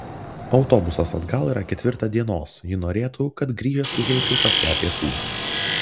autobusas atgal yra ketvirtą dienos ji norėtų kad grįžęs užeičiau pas ją pietų